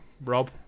Rob